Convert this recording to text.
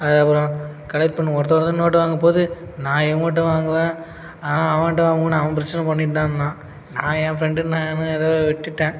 அதுக்கப்புறம் கலெக்ட் பண்ணிணேன் ஒருத்த ஒருத்தவங்க நோட்டை வாங்கும்போது நான் இவன்கிட்ட வாங்குவேன் அவன் அவன்கிட்ட வாங்குவேனு அவன் பிரச்சனை பண்ணிகிட்டுதான் இருந்தான் நான் என் ஃப்ரெண்டுனு நானும் ஏதோ விட்டுவிட்டேன்